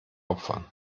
opfern